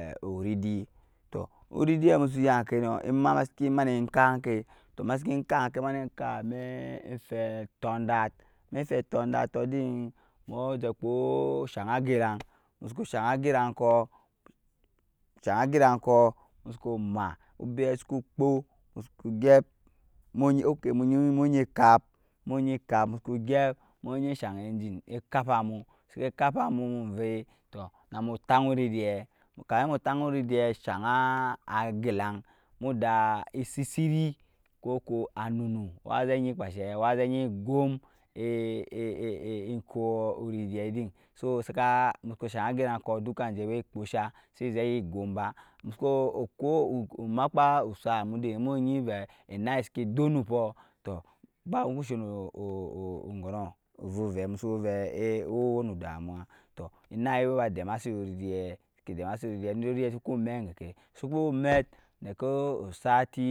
oridi tɔɔ oridi musuku yagkɛi nɔɔ ima si mani kap enkɛ tɔɔ masiki kap mai fɛ tundat maifɛ tundatɔɔ din mujɛ kpɔɔ shang agɛrang musuteu shang agɛrang kɔɔ musuku ma obɛ suku kpɔɔ musuku gyɛp mu ok muenyi kapmusuku gɛp muenyi shang enjin ekapa mu siki kapa mu unvai tɔɔ namu tang oridai tɔɔ kamin mu tang oridi shang agɛlang muda esisiri kɔɔ anunu wazɛ yi kpashɛ wazɛ gyi gum. enkɔɔ oridai din sɔɔ saka musu shang asɛrang kɔɔ dukan jɛ wa kpɔɔsha sizɛ gyi gum ba musuku kɔɔ mankpa osa mudai mu enyi vɛi enal siki dup nupɔɔ tɔɔ ba mushɛ nɔɔ ogɔnɔɔ ovu vɛi musu vɛi owɛ nu damuwa tɔɔ enai eba dɛmasit oridai siki demasit oridai indan ridi suku mɛt egɛgkɛ suku mɛɛ nɛkɛ osati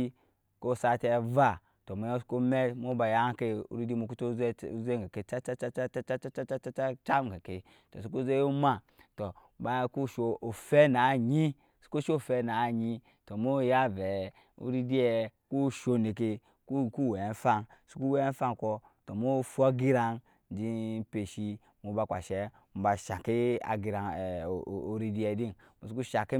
kɔɔ sati ava tɔɔ muya mu ya sukuba mɛt muba yankain oridi mu kucu ba ze chɛt chɛt chɛt egyɛkai tɔɔ suku zɛ ma tɔɔ baya ba ku shɔɔ ofɛ na enyi tɔɔ muya vɛi oridia kushɔɔ dɛkɛ kuku wai agfang suku wou agfangkoɔ tɔɔ mu fu agɛirang jɛ pashi muba kpashi muba shankai ageran oridi din musuku shang kɛ,